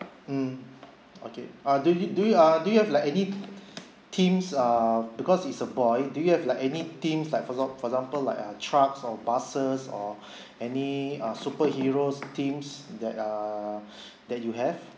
mm okay uh do you do you uh do you have like any themes err because it's a boy do you have like any themes like for ex~ for example like uh trucks or buses or any uh superheroes themes that err that you have